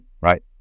right